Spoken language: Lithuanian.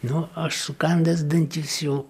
nu aš sukandęs dantis jau